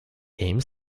aims